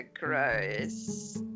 gross